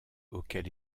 auquel